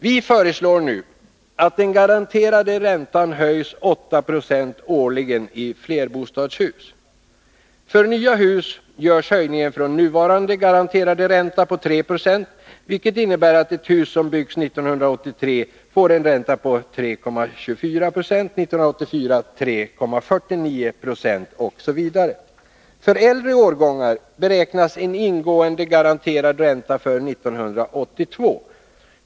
Vi föreslår nu att den garanterade räntan höjs 8 20 årligen i flerbostadshus. För äldre årgångar beräknas en ingående garanterad ränta för 1982.